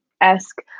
esque